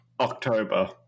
October